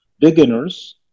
beginners